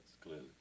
clearly